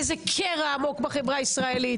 איזה קרע עמוק בחברה הישראלית,